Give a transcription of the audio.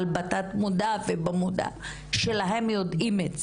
אבל בתת מודע ובמודע שלהם הם יודעים את זה,